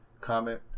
comment